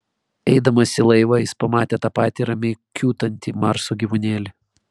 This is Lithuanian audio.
eidamas į laivą jis pamatė tą patį ramiai kiūtantį marso gyvūnėlį